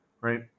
Right